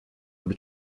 ordu